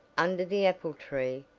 under the apple tree,